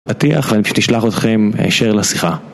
פתיח, ואני פשוט אשלח אתכם הישר לשיחה.